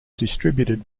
distributed